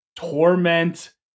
torment